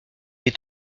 est